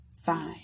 fine